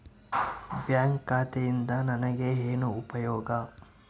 Bank ಖಾತೆಯಿಂದ ನನಗೆ ಏನು ಉಪಯೋಗ?